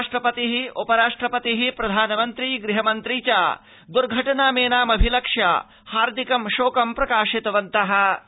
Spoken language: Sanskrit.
राष्ट्रपतिः उपराष्ट्रपतिः प्रधानमन्त्री गृहमन्त्री च द्र्घटनामेनाभिलक्ष्य हार्दिक शोकं प्रकाशितवन्तः सन्ति